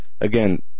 Again